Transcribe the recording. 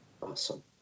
Awesome